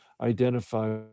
identify